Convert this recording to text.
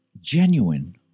genuine